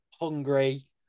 hungry